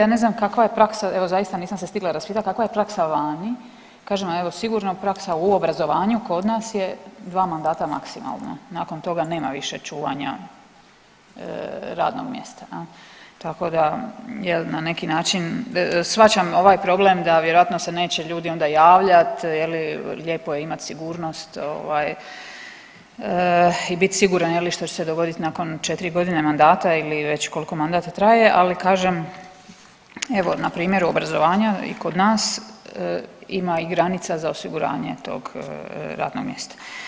Ja ne znam kakva je praksa, evo zaista nisam se stigla raspitat kakva je praksa vani, kažem evo sigurno je praksa u obrazovanju, kod nas je dva mandata maksimalno, nakon toga nema više čuvanja radnog mjesta jel tako da jel na neki način shvaćam ovaj problem da vjerojatno se neće ljudi onda javljat je li lijepo je imat sigurnost ovaj i bit siguran je li što će se dogodit nakon 4.g. mandata ili već koliko mandat traje, ali kažem evo na primjeru obrazovanja i kod nas ima i granica za osiguranje tog radnog mjesta.